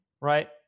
right